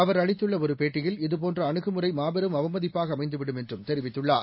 அவர்அளித்துள்ளஒருபேட்டியில் இதுபோன்றஅணுகுமுறை மாபெரும்அவமதிப்பாகஅமைந்துவிடும்என்றும்தெரிவித்து ள்ளார்